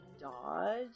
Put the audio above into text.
dodge